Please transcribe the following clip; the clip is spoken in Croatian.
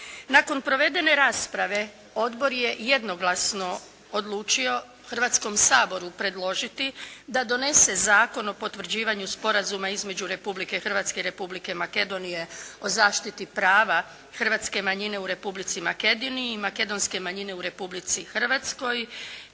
Nakon provedene rasprave odbor je jednoglasno odlučio hrvatskom Saboru predložiti da donese Zakon o potvrđivanju Sporazuma između Republike Hrvatske i Republike Makedonije o zaštiti prava hrvatske manjine u Republici Makedoniji i makedonske manjine u Republici Hrvatskoj